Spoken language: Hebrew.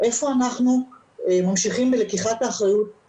ואם אנחנו נמשיך עם התהליך הזה של